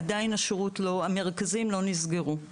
עדיין המרכזים לא נסגרו.